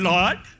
Lord